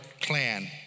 clan